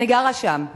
אני גרה שם.